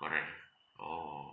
correct ah orh orh